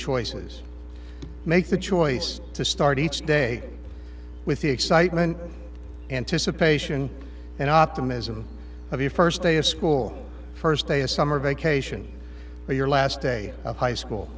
choices make the choice to start each day with the excitement anticipation and optimism of the first day of school first day of summer vacation or your last day of high school